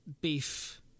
beef